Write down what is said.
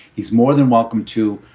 he's more than welcome to.